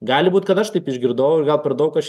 gali būt kad aš taip išgirdau ir gal per daug aš